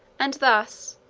and thus,